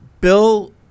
Bill